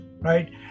right